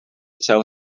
sell